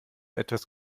etwas